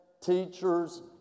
teachers